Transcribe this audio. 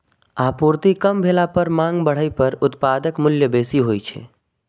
आपूर्ति कम भेला पर आ मांग बढ़ै पर उत्पादक मूल्य बेसी होइ छै